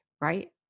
right